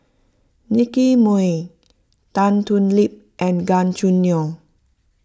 Nicky Moey Tan Thoon Lip and Gan Choo Neo